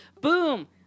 Boom